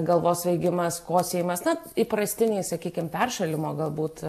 galvos svaigimas kosėjimas na įprastiniai sakykim peršalimo galbūt